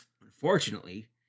unfortunately